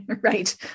Right